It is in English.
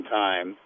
time